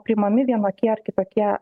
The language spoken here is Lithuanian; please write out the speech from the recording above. priimami vienokie ar kitokie